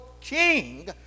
king